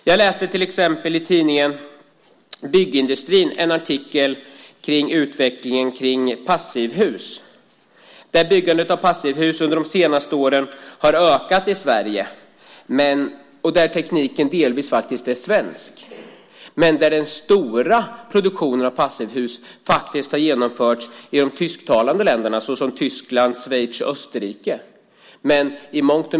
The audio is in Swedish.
Jag läste till exempel i tidningen Byggindustrin en artikel om utvecklingen av passivhus. Byggandet av passivhus har under de senaste åren ökat i Sverige, och tekniken är delvis svensk. Men den stora produktionen av passivhus har genomförts i de tysktalande länderna Tyskland, Schweiz och Österrike.